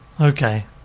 Okay